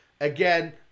again